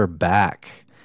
back